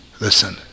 listen